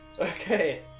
Okay